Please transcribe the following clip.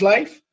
Life